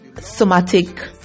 somatic